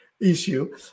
issue